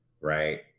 right